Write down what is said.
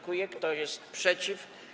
Kto jest przeciw?